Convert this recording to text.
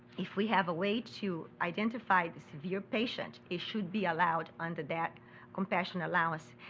if we have a way to identify the severe patient, it should be allowed under that compassionate allowance,